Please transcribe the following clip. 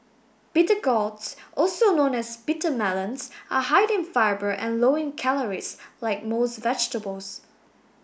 bitter gourds also known as bitter melons are high in fibre and low in calories like most vegetables